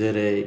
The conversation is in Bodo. जेरै